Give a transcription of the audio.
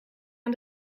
aan